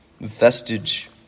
vestige